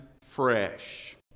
fresh